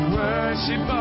worship